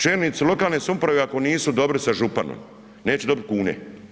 Čelnici lokalne samouprave ako nisu dobri sa županom, neće dobit kune.